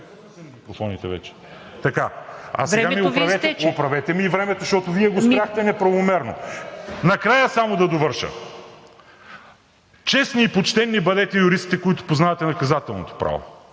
МАНЕВ: Оправете ми и времето, защото Вие го спряхте неправомерно. Накрая само да довърша. Честни и почтени бъдете юристите, които познавате наказателното право,